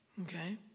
okay